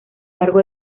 largo